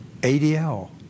ADL